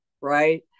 Right